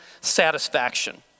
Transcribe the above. satisfaction